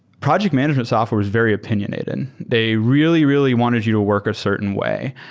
project management software was very opinionated. they really, really wanted you to work a certain way.